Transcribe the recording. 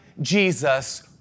Jesus